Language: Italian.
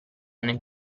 nel